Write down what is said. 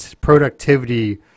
productivity